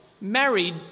married